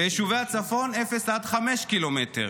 ויישובי הצפון, 0 5 ק"מ,